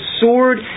sword